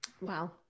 Wow